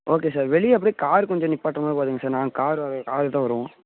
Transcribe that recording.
okay sir வெளியே அப்படியே car கொஞ்சம் நிற்பாட்ற மாதிரி பார்த்துக்குங்க சார் நான் கார் அது காரில்தான் வருவோம்